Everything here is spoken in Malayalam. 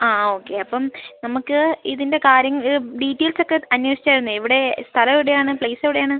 ആ ഓക്കെ അപ്പം നമ്മൾക്ക് ഇതിൻ്റെ കാര്യം ഡീറ്റെയിൽസ് ഒക്കെ അന്വേഷിച്ചിരുന്നോ എവിടെ സ്ഥലം എവിടെയാണ് പ്ലേസ് എവിടെയാണ്